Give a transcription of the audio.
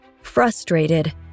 Frustrated